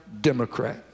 Democrat